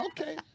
Okay